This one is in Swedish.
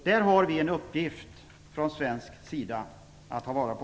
Där har vi från svensk sida en uppgift att ta vara på.